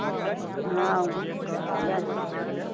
हँ ज